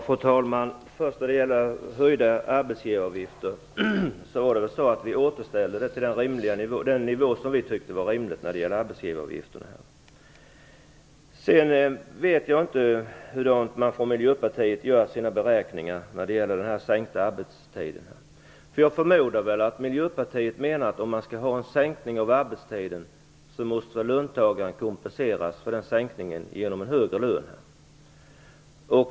Fru talman! När det gäller de höjda arbetsgivaravgifterna, återställde vi dem till den nivå som vi tyckte var rimlig. Jag vet inte hur Miljöpartiet gör sina beräkningar om arbetstidsförkortningen. Jag förmodar att Miljöpartiet menar att löntagarna skall kompenseras för arbetstidsförkortningen med högre lön.